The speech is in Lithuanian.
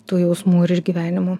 tų jausmų ir išgyvenimų